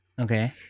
Okay